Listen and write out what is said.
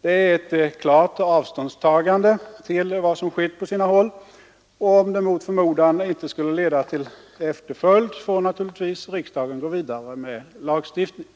Det är ett klart avståndstagande från vad som skett på sina håll, och om det mot förmodan inte skulle leda till efterföljd får naturligtvis riksdagen gå vidare med lagstiftning.